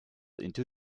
into